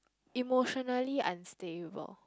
emotionally unstable